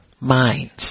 minds